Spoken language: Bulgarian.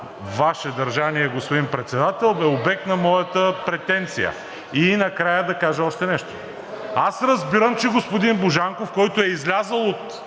Ваше държание, господин Председател, е обект на моята претенция. И накрая да кажа още нещо. Аз разбирам, че господин Божанков, който е излязъл от